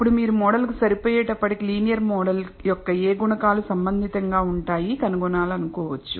అప్పుడు మీరు మోడల్కు సరిపోయేటప్పటికి లీనియర్ మోడల్యొక్క ఏ గుణకాలు సంబంధితంగా ఉంటాయి కనుగొనాలనుకోవచ్చు